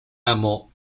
amo